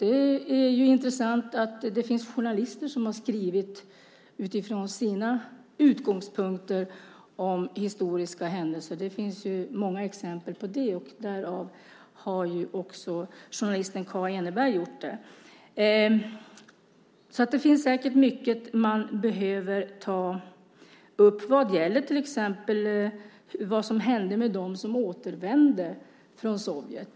Det är intressant att det finns journalister som har skrivit utifrån sina utgångspunkter om historiska händelser. Det finns ju många exempel på det. Det har ju också journalisten Kaa Eneberg gjort. Det finns säkert mycket man behöver ta upp vad gäller till exempel det som hände med dem som återvände från Sovjet.